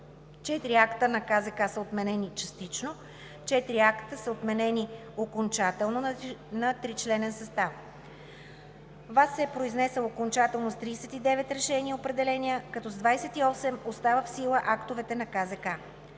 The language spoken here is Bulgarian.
четири акта на КЗК са отменени частично, четири акта са отменени окончателно на тричленен състав. ВАС се е произнесъл окончателно с 39 решения и определения, като с 28 оставя в сила актовете на КЗК,